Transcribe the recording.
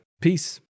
Peace